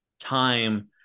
time